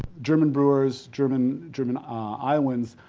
german brewers, german german iowans,